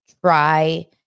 try